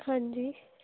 ਹਾਂਜੀ